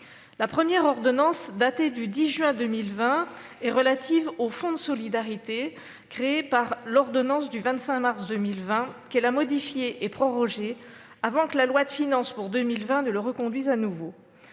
La première ordonnance, datée du 10 juin 2020, est relative au fonds de solidarité créé par l'ordonnance du 25 mars 2020, qu'elle a modifié et prorogé avant que la loi de finances pour 2021 ne le reconduise de nouveau.